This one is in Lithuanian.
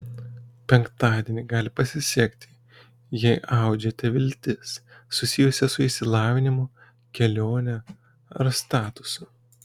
penktadienį gali pasisekti jei audžiate viltis susijusias su išsilavinimu kelione ar statusu